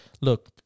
Look